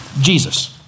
Jesus